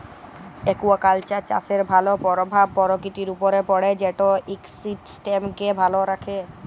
aquaculture চাষের ভালো পরভাব পরকিতির উপরে পড়ে যেট ইকসিস্টেমকে ভালো রাখ্যে